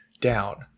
down